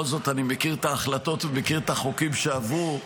בכל זאת אני מכיר את ההחלטות ומכיר את החוקים שעברו.